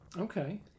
okay